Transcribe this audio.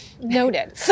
Noted